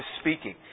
speaking